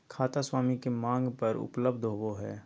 खाता स्वामी के मांग पर उपलब्ध होबो हइ